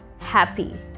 happy